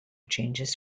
changes